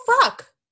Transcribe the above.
fuck